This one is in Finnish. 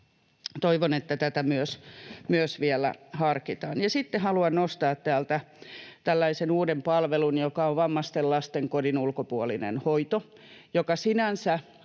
Toivon, että myös tätä vielä harkitaan. Sitten haluan nostaa täältä tällaisen uuden palvelun, joka on vammaisten lasten kodin ulkopuolinen hoito. Sinänsä